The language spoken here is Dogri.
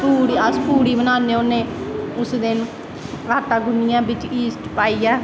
अस पूड़ी बनान्ने होन्ने उस दिन आटा गुन्नियै बिच्च ईस्ट पाइयै